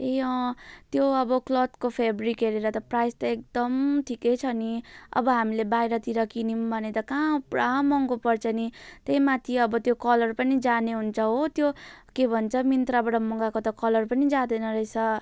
ए अँ त्यो अब क्लथको फ्याब्रिक हेरेर त प्राइस त एकदम ठिकै छ नि अब हामीले बाहिरतिर किन्यौँ भने त कहाँ पुरा महँगो पर्छ नि त्यहीमाथि अब त्यो कलर पनि जाने हुन्छ हो त्यो के भन्छ मिन्त्राबाट मगाको त कलर पनि जाँदैन रहेछ